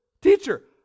teacher